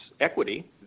equity